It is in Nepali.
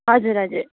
हजुर हजुर